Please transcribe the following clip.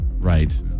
Right